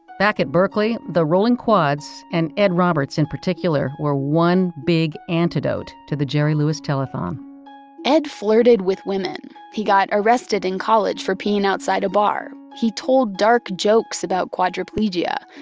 back at berkeley, the rolling quads, and ed roberts in particular, were one, big, antidote to the jerry lewis telethon ed flirted with women. he got arrested in college for peeing outside a bar. he told dark jokes about quadriplegia.